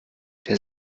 der